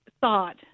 thought